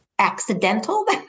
accidental